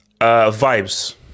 Vibes